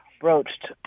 broached